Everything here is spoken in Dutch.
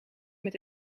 met